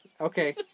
Okay